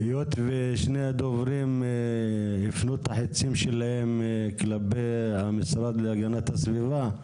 היות ושני הדוברים הפנו את החיצים שלהם כלפי המשרד להגנת הסביבה,